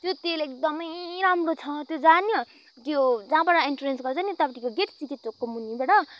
त्यो तेल एकदमै राम्रो छ त्यो जा न त्यो जहाँबाट इन्ट्रेन्स गर्छ नि यतापट्टिको गेट सीके चौकको मुनिबाट